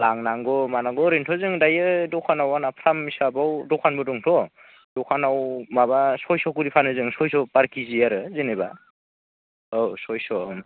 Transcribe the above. लांनांगौ मानांगौ ओरैनोथ' जों दायो दखानाव आंना फार्म हिसाबाव दखानबो दंथ' दखानाव माबा सयस' खरि फानो जों सयस' पार केजि आरो जेनेबा औ सयस'